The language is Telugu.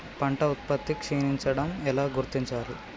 పంట ఉత్పత్తి క్షీణించడం ఎలా గుర్తించాలి?